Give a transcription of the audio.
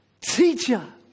teacher